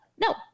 No